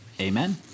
Amen